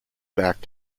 back